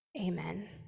amen